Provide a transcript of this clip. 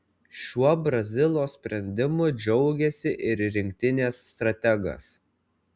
šiuo brazilo sprendimu džiaugėsi ir rinktinės strategas